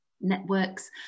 networks